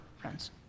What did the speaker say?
friends